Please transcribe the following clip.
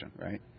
right